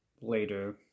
later